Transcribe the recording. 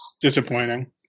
disappointing